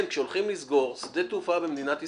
כן, כשהולכים לסגור שדה תעופה במדינת ישראל,